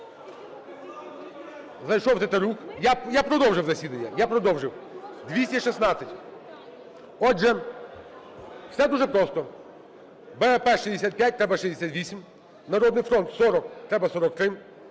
Зайшов Тетерук. Я продовжив засідання, я продовжив. 216. Отже, все дуже просто: "БПП" – 65 (треба 68), "Народний фронт" – 40 (треба 43).